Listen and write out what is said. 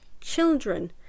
children